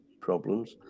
problems